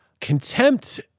Contempt